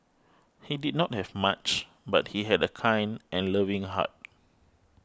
he did not have much but he had a kind and loving heart